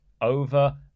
over